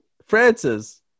Francis